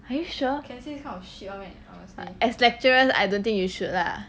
are you sure I was like as lecturers I don't think you should lah